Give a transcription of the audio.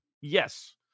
Yes